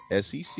SEC